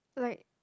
like